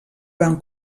van